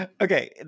Okay